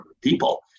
people